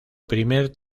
primer